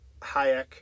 Hayek